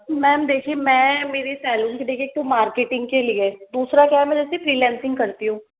ma'am देखिए मैं मेरी सेलरी से देखिये एक तो मार्केटिंग के लिए दूसरा क्या है जैसे फ्रीलान्सिंग करती हूँ